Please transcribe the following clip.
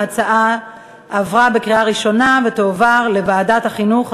ההצעה עברה בקריאה ראשונה ותועבר לוועדת החינוך,